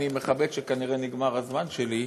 אני מכבד את זה שכנראה נגמר הזמן שלי,